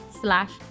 slash